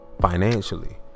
financially